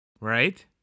right